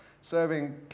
serving